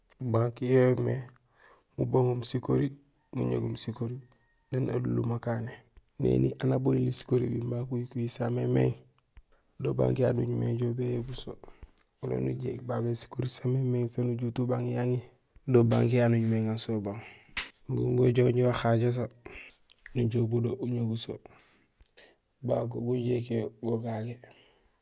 Banque yo yoomé fubaŋum sikori; muñagum sikori miin alunlum akané. Néni aan aboñuli sikori ba kuhikuhi sa mémééŋ; do banque yayu nuñumé éjoow béyabul so; wala nujéék babé sikori samémééŋ saan ujut ubang yaŋi, do banque yayu nuñumé éŋa so ubang. Imbi ujoow jo uhajo so nujoow bodo uñagul so. Banque gujéék yo go gagé.